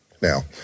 Now